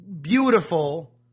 beautiful